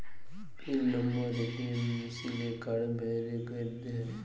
পিল number ATM মিশিলে card ভ্যইরে ক্যইরতে হ্যয়